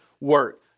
work